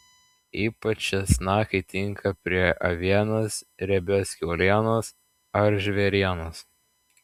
ypač česnakai tinka prie avienos riebios kiaulienos ar žvėrienos